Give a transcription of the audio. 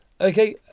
Okay